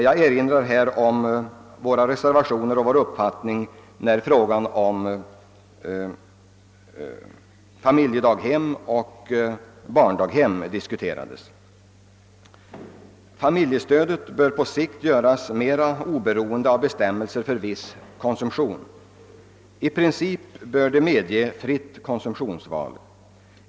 Jag kan här erinra om våra reservationer och vår uppfattning när frågan om familjedaghem och barndaghem diskuterades. Familjestödet bör vidare på sikt göras mer oberoende av bestämmelser för viss konsumtion. I princip bör fritt konsumtionsval medges.